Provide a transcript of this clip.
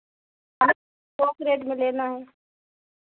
हमें थोक रेट में लेना है